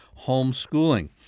homeschooling